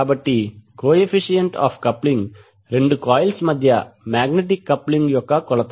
కాబట్టి coefficient of coupling రెండు coils మధ్య మాగ్నెటిక్ కప్లింగ్ యొక్క కొలత